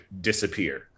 disappear